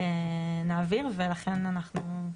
נעביר ולכן אנחנו,